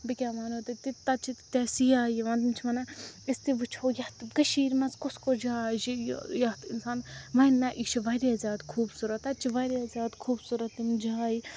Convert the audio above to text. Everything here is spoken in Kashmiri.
بہٕ کیٛاہ وَنہو تۄہہِ تَتہِ چھِ تیٖتیاہ سِیاح یِون تِم چھِ وَنان أسۍ تہِ وُچھو یَتھ کٔشیٖرِ مَنٛز کُس کُس جاے چھِ یہِ یَتھ اِنسان ونہِ نا یہِ چھُ واریاہ زیادٕ خوٗبصوٗرت تَتہِ چھِ واریاہ زیادٕ خوٗبصوٗرت تِم جایہِ